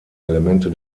elemente